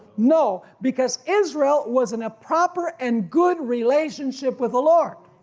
no, because israel was in a proper and good relationship with the lord.